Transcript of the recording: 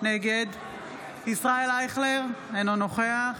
נגד ישראל אייכלר, אינו נוכח